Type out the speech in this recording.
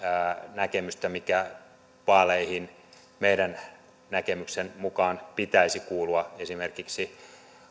näkemystä mikä vaaleihin meidän näkemyksen mukaan pitäisi kuulua esimerkiksi